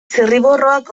zirriborroak